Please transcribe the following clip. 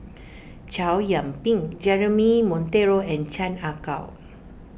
Chow Yian Ping Jeremy Monteiro and Chan Ah Kow